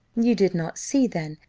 you did not see, then,